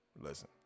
Listen